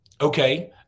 okay